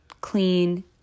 clean